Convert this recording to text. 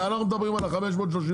אנחנו מדברים על ה-568.